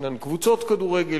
ישנן קבוצות כדורגל,